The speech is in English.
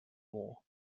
more